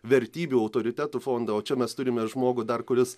vertybių autoritetų fondą o čia mes turime žmogų dar kuris